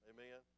Amen